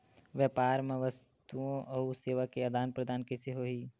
व्यापार मा वस्तुओ अउ सेवा के आदान प्रदान कइसे होही?